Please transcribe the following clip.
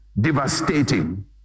devastating